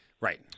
Right